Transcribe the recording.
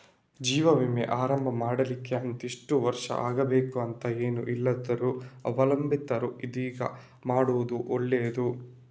ಜೀವ ವಿಮೆ ಆರಂಭ ಮಾಡ್ಲಿಕ್ಕೆ ಇಂತಿಷ್ಟು ವರ್ಷ ಆಗ್ಬೇಕು ಅಂತ ಏನೂ ಇಲ್ದಿದ್ರೂ ಅವಲಂಬಿತರು ಇದ್ದಾಗ ಮಾಡುದು ಒಳ್ಳೆದು